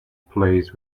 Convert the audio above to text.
plays